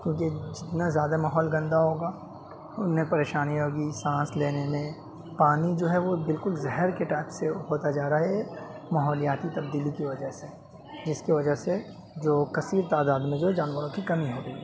کیوںکہ جتنا زیادہ ماحول گندہ ہوگا اتنی پریشانی ہوگی سانس لینے میں پانی جو وہ بالکل زہر کے ٹائپ سے ہوتا جا رہا ہے ماحولیاتی تبدیلی کی وجہ سے جس کی وجہ سے جو کثیر تعداد میں جو جانوروں کی کمی ہو گئی ہے